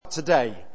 today